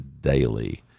daily